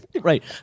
Right